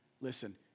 listen